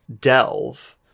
delve